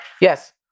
Yes